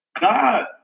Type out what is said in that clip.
God